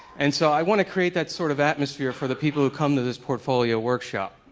and so i want to create that sort of atmosphere for the people who come to this portfolio workshop.